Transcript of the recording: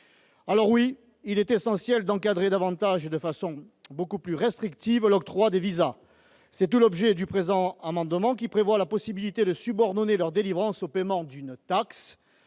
Alors oui, il est essentiel d'encadrer de façon beaucoup plus restrictive l'octroi des visas. C'est tout l'objet du présent amendement, qui prévoit la possibilité de subordonner leur délivrance au paiement d'une taxe,